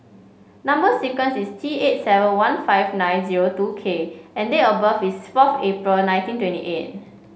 number sequence is T eight seven one five nine zero two K and date of birth is fourth April nineteen twenty eight